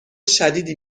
شدیدی